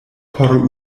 por